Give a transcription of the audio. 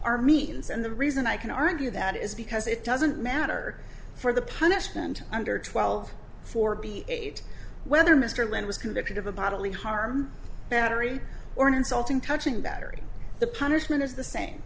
are means and the reason i can argue that is because it doesn't matter for the punishment under twelve for b eight whether mr lynn was convicted of a bodily harm battery or an insulting touching battery the punishment is the same